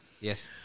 Yes